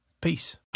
Peace